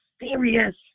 serious